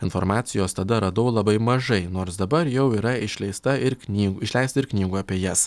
informacijos tada radau labai mažai nors dabar jau yra išleista ir knyg išleista ir knygų apie jas